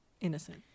Innocent